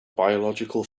biological